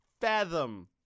fathom